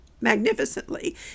magnificently